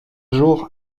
jours